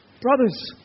Brothers